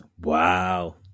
Wow